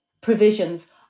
provisions